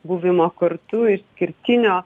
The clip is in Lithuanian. buvimo kartu išskirtinio